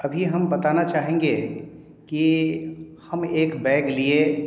अभी हम बताना चाहेंगे कि हम एक बैग लिए